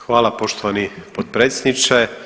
Hvala poštovani potpredsjedniče.